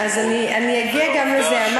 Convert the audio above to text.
אז אני אגיע גם לזה.